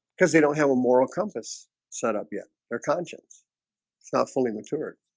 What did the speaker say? because they don't have a moral compass set up yet their conscience, it's not fully matured